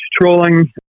trolling